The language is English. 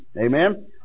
Amen